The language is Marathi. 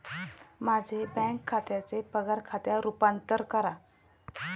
माझे बँक खात्याचे पगार खात्यात रूपांतर करा